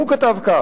והוא כתב כך: